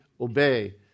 obey